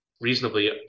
reasonably